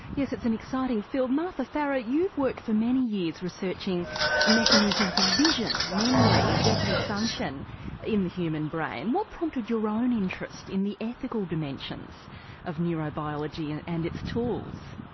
yes, it's an exciting field. martha farah, you've worked for many years researching mechanisms of vision, memory, executive function in the human brain. what prompted your own interest in the ethical dimensions of neurobiology and and its tools?